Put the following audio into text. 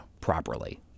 properly